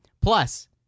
Plus